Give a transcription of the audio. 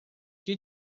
que